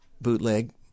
bootleg